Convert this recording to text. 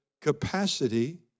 capacity